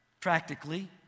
Practically